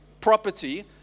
property